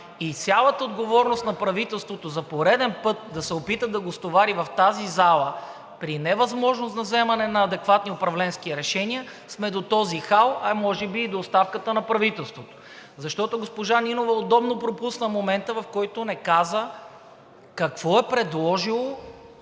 е имало разговори от 16 май. Правителството за пореден път да се опита да стовари цялата отговорност в тази зала при невъзможност за вземане на адекватни управленски решения, затова сме до този хал, а може би и до оставката на правителството. Защото госпожа Нинова удобно пропусна момента, в който не каза какво е предложило